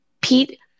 Pete